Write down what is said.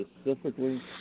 specifically